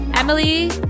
Emily